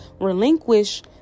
relinquish